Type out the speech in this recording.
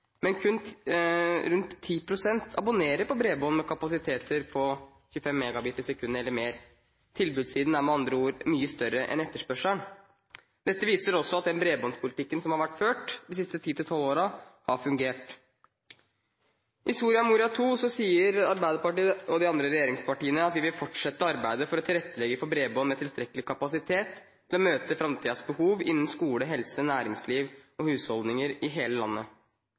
Men kun rundt 10 pst. abonnerer på bredbånd med en kapasitet på 25 MB/s eller mer. Tilbudet er med andre ord mye større enn etterspørselen. Dette viser også at den bredbåndspolitikken som har vært ført de siste ti–tolv årene, har fungert. I Soria Moria II sier Arbeiderpartiet og de andre regjeringspartiene at de vil «fortsette arbeidet for å tilrettelegge for bredbånd med tilstrekkelig kapasitet til å møte fremtidige behov innen skole, helse, næringsliv og husholdninger i hele landet».